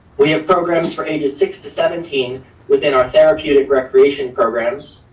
we have programs for ages six to seventeen within our therapeutic recreation programs.